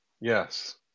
yes